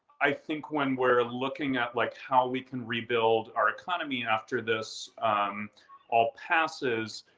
i think when we're looking at like how we can rebuild our economy after this all passes,